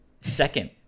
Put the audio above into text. second